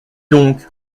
donc